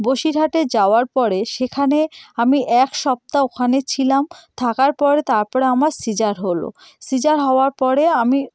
বসিরহাটে যাওয়ার পরে সেখানে আমি এক সপ্তাহ ওখানে ছিলাম থাকার পরে তারপরে আমার সিজার হলো সিজার হওয়ার পরে আমি